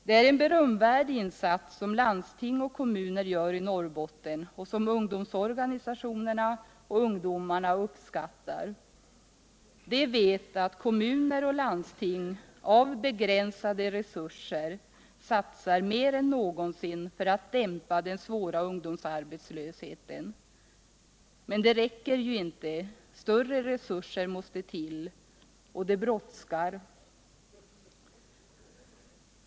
Det är en berömvärd insats som landsting och kommuner gör i Norrbotten och som ungdomsorganisationerna och ungdomarna uppskattar. De vet att kommuner och landsting av begränsade resurser satsar mer än någonsin för att dämpa den svåra ungdomsarbetslösheten. Men det räcker ju inte. Större resurser måste till. Och det brådskar.